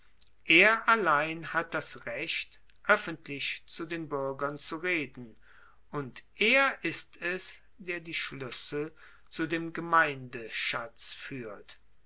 er allein hat das recht oeffentlich zu den buergern zu reden und er ist es der die schluessel zu dem gemeindeschatz fuehrt